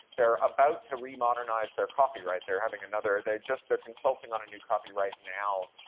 they're about to remodernize their copyright. they're having another, they just, they're consulting on a new copyright now,